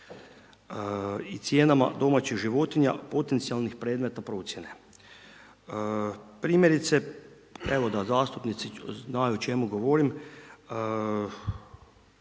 i cijenama domaćih životinja, potencijalnih predmeta procjene. Primjerice, evo da zastupnici znaju o čemu govorim,